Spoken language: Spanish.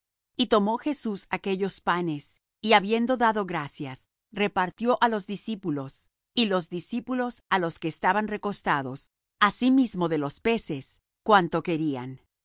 y tomó jesús aquellos panes y habiendo dado gracias repartió á los discípulos y los discípulos á los que estaban recostados asimismo de los peces cuanto querían